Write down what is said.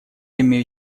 имею